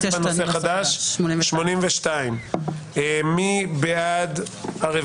רביזיה על 59. מי בעד?